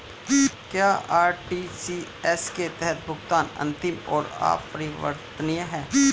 क्या आर.टी.जी.एस के तहत भुगतान अंतिम और अपरिवर्तनीय है?